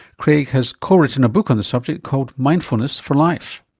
craig has co-written a book on the subject called mindfulness for life.